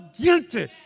guilty